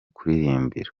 kuririmbira